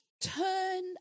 turn